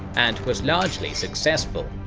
and was largely successful,